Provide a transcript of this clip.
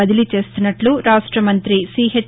బదిలీ చేస్తున్నట్ల రాష్ట మంతి సిహెచ్